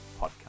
podcast